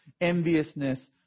Enviousness